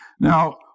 Now